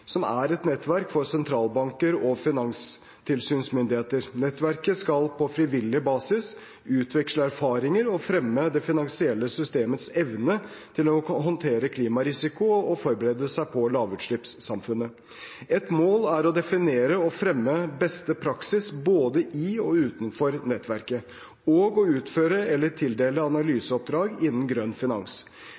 som er et nettverk for sentralbanker og finanstilsynsmyndigheter. Nettverket skal på frivillig basis utveksle erfaringer og fremme det finansielle systemets evne til å håndtere klimarisiko og forberede seg på lavutslippssamfunnet. Et mål er å definere og fremme beste praksis både i og utenfor nettverket og å utføre eller tildele analyseoppdrag innen grønn finans.